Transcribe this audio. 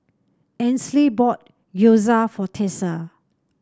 Ainsley bought Gyoza for Tessa